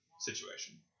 situation